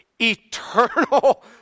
eternal